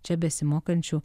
čia besimokančių